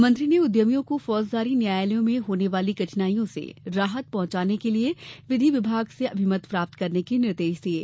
मंत्री ने उद्यमियों को फौजदारी न्यायालयों में होने वाली कठिनाइयों से राहत पहँचाने के लिये विधि विभाग से अभिमत प्राप्त करने के निर्देश दिये